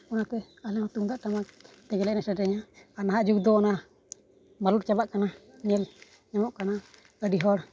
ᱚᱱᱟᱛᱮ ᱟᱞᱮ ᱦᱚᱸ ᱛᱩᱢᱫᱟᱜ ᱴᱟᱢᱟᱠ ᱛᱮᱜᱮᱞᱮ ᱮᱱᱮᱡ ᱥᱮᱨᱮᱧᱟ ᱟᱨ ᱱᱟᱦᱟᱸᱜ ᱡᱩᱜᱽ ᱫᱚ ᱚᱱᱟ ᱢᱟᱞᱚᱴ ᱪᱟᱵᱟᱜ ᱠᱟᱱᱟ ᱧᱮᱞ ᱧᱟᱢᱚᱜ ᱠᱟᱱᱟ ᱟᱹᱰᱤᱦᱚᱲ